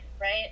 right